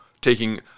taking